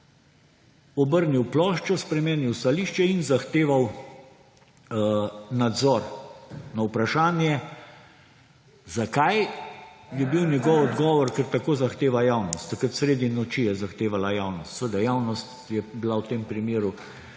obrnil ploščo, spremenil stališče in zahteval nadzor. Na vprašanje, zakaj, je bil njegov odgovor: ker tako zahteva javnost. Takrat, sredi noči je zahtevala javnost. Seveda, javnost je bila v tem primer